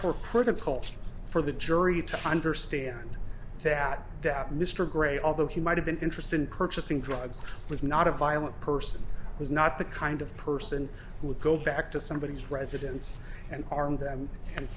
critical for the jury to understand that that mr gray although he might have been interested in purchasing drugs was not a violent person was not the kind of person who would go back to somebody who's residence and arm